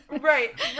right